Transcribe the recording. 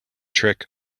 trick